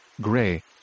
gray